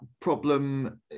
problem